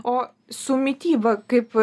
o su mityba kaip